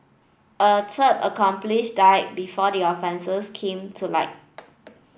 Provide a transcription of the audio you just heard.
a third accomplish died before the offences came to light